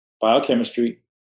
biochemistry